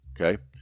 Okay